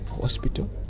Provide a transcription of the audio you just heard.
hospital